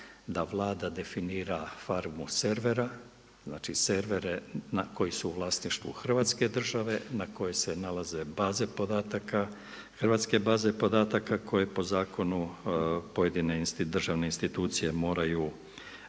da Vlada definira farmu servera, znači servere, koji su u vlasništvu Hrvatske države na kojima se nalaze baze podataka, hrvatske baze podataka koje po zakonu pojedine državne institucije moraju